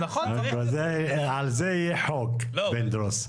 על זה יהיה חוק פינדרוס.